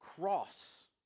cross